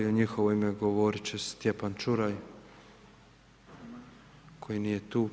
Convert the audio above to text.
U njihovo ime govorit će Stjepan Čuraj koji nije tu.